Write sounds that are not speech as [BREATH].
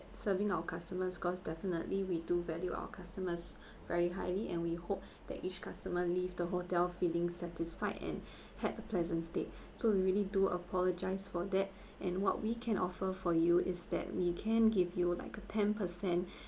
serving our customers cause definitely we do value our customers [BREATH] very highly and we hope [BREATH] that each customer leave the hotel feeling satisfied and [BREATH] had a pleasant stay [BREATH] so we really do apologise for that [BREATH] and what we can offer for you is that we can give you like a ten percent [BREATH]